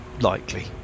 likely